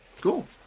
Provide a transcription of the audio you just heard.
Cool